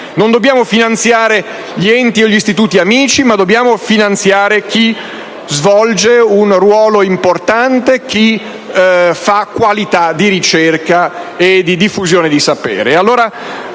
Non dobbiamo finanziare gli enti e gli istituti amici, ma chi svolge un ruolo importante, chi fa qualità di ricerca e diffusione di sapere.